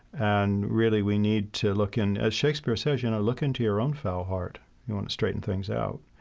and really we need to look in, as shakespeare says, you know, look into your own foul heart if you want to straighten things out.